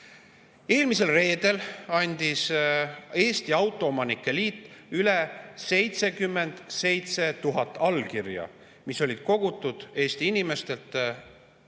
Eelmisel reedel andis Eesti Autoomanike Liit üle 77 000 allkirja, mis olid kogutud Eesti inimestelt